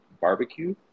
barbecue